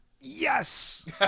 yes